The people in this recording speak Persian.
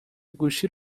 گوشی